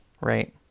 right